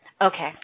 Okay